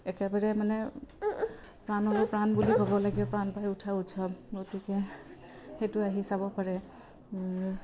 একেবাৰে মানে প্ৰাণৰ প্ৰাণ বুলি ক'ব লাগে প্ৰাণ পায় উঠা উৎসৱ গতিকে সেইটো আহি চাব পাৰে